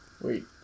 Wait